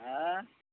ایں